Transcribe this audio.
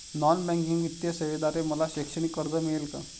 Non banking वित्तीय सेवेद्वारे मला शैक्षणिक कर्ज मिळेल का?